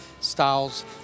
styles